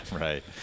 right